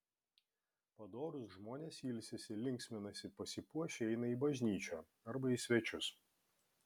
padorūs žmonės ilsisi linksminasi pasipuošę eina į bažnyčią arba į svečius